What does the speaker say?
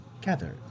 gather